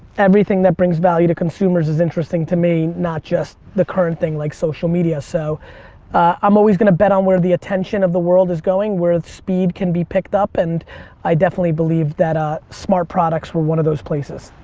everything that brings value to consumers is interesting to me not just the current thing like social media. so i'm always gonna bet on where the attention of the world is going. where speed can be picked up and i definitely believe that ah smart products were one of those places.